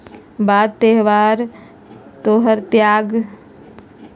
बात तोहर त्याग से शुरू होलय औरो श्रेय के सेहरा हमर सिर बांध रहलय